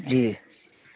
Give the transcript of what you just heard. جی